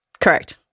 Correct